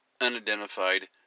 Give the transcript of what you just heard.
unidentified